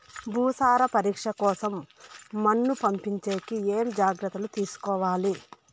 భూసార పరీక్ష కోసం మన్ను పంపించేకి ఏమి జాగ్రత్తలు తీసుకోవాలి?